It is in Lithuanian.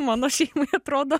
mano šeimai atrodo